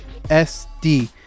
SD